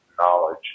knowledge